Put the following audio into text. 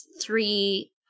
three